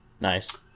Nice